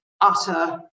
utter